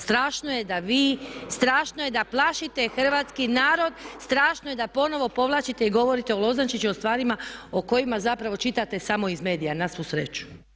Strašno je da vi, strašno je da plašite hrvatski narod, strašno je da ponovno povlačite i govorite o Lozančiću i o stvarima o kojima zapravo čitate samo iz medija na svu sreću.